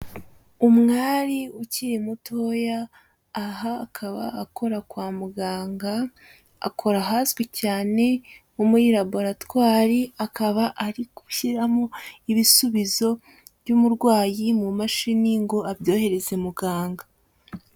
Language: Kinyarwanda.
Umwari ukiri mutoya aha akaba akora kwa muganga, akora ahazwi cyane nko muri raboratwari, akaba ari gushyiramo ibisubizo by'umurwayi mu mashini ngo abyohereze muganga.